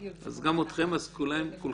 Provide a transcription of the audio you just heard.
בדיוק, זו ממלכת על שנקראת דמוקרטיה.